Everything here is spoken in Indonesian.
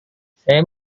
saya